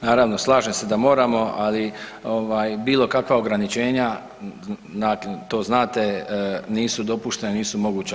Naravno slažem se da moramo, ali ovaj bilo kakva ograničenja to znate nisu dopuštena, nisu moguća.